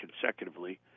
consecutively